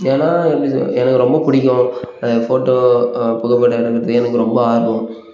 ஏன்னா எப்படி சொல்கிறது எனக்கு ரொம்பப் பிடிக்கும் ஃபோட்டோ புகைப்படம் எடுக்கிறத்துக்கு எனக்கு ரொம்ப ஆர்வம்